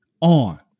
on